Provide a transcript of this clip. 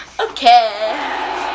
Okay